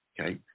okay